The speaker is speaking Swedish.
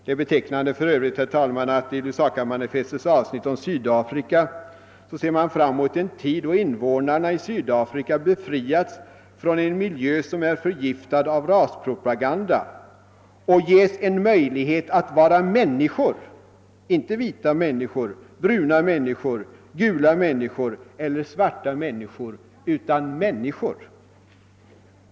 Det är för Övrigt betecknande att man i Lusakamanifestets avsnitt om Sydafrika ser fram mot en tid då invånarna i Sydafrika befriats från en miljö som är förgiftad av raspropaganda och ges en möjlighet att vara människor, inte vita människor, bruna människor, gula människor eller svarta människor — utan människor.